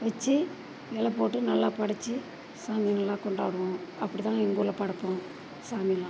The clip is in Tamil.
வச்சு இல போட்டு நல்லா படைத்து சாமியை நல்லா கொண்டாடுவோம் அப்படிதான் எங்கள் ஊரில் படைப்போம் சாமியெல்லாம்